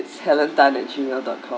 helen tan at Gmail dot com